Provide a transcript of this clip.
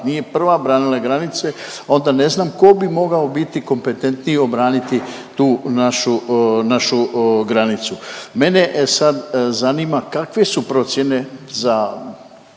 nije prva branila granice onda ne znam ko bi mogao biti kompetentniji obraniti tu našu, našu granicu. Mene sad zanima kakve su procijene za